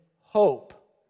hope